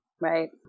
right